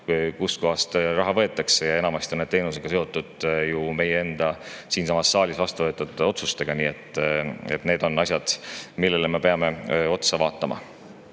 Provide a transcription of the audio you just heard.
kust kohast raha võetakse. Enamasti on need teenused seotud ju meie enda siinsamas saalis vastu võetud otsustega. Need on asjad, millele me peame otsa vaatama.